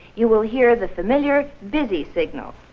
you will hear the familiar busy signal.